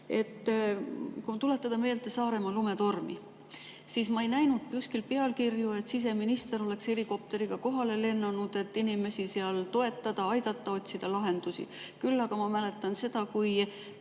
Kui tuletada meelde Saaremaa lumetormi, siis ma ei näinud kuskil pealkirju, et siseminister oleks helikopteriga kohale lennanud, et inimesi seal toetada, aidata ja otsida lahendusi. Küll aga ma mäletan seda, et